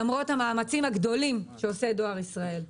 למרות המאמצים הגדולים שעושה דואר ישראל.